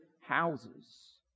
houses